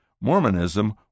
Mormonism